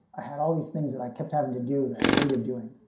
i had all these things that i kept having to do that i hated doing.